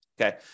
Okay